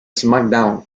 smackdown